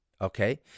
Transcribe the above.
okay